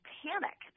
panic